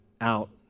out